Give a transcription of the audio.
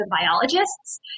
biologists